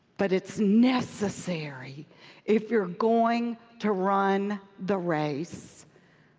but it's necessary if you're going to run the race.